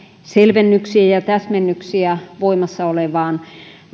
selvennyksiä ja täsmennyksiä voimassa olevaan